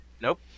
Nope